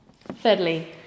Thirdly